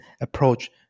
approach